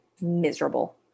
miserable